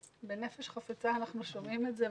בנפש חפצה אנחנו שומעים את זה,